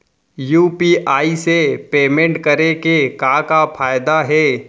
UPI से payment करे के का का फायदा हे?